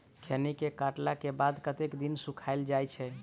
खैनी केँ काटला केँ बाद कतेक दिन सुखाइल जाय छैय?